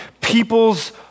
people's